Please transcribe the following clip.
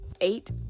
eight